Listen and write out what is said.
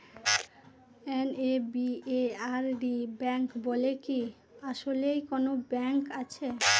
NABARD bank বলে কি আসলেই কোনো ব্যাংক আছে?